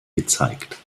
gezeigt